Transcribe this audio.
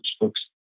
books